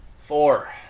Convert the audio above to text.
Four